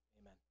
amen